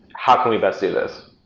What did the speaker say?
how can we best do this?